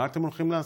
בוודאי.